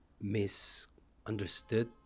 misunderstood